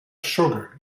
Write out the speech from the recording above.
sugar